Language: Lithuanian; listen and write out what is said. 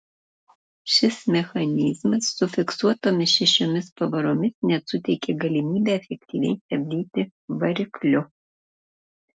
šis mechanizmas su fiksuotomis šešiomis pavaromis net suteikė galimybę efektyviai stabdyti varikliu